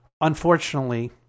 unfortunately